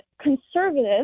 conservative